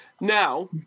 Now